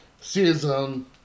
season